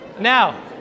Now